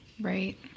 Right